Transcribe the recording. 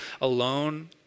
alone